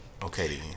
Okay